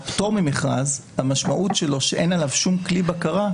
המשמעות של פטור ממכרז היא שאין עליו שום כלי בקרה,